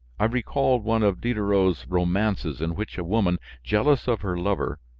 i recalled one of diderot's romances in which a woman, jealous of her lover,